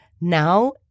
now